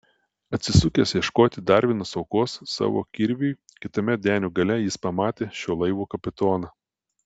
atsisukęs ieškoti dar vienos aukos savo kirviui kitame denio gale jis pamatė šio laivo kapitoną